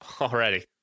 Already